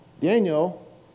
Daniel